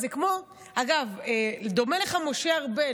זה כמו, אגב, דומה לך משה ארבל,